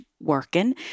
working